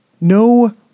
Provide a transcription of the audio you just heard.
no